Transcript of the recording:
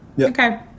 okay